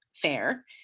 Fair